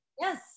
Yes